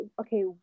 okay